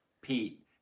Pete